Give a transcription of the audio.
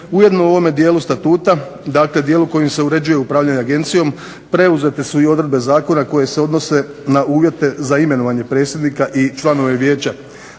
Ujedno u ovom dijelu Statuta, dijelu kojem se uređuje upravljanje Agencijom preuzete su odredbe zakona koje se odnose na uvjete za imenovanje predsjednika i članove Vijeća,